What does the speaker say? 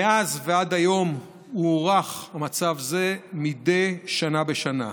ומאז ועד היום הוארך מצב זה מדי שנה בשנה.